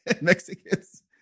Mexicans